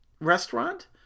restaurant